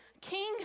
King